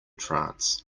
trance